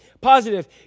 Positive